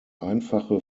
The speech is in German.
einfache